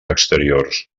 exteriors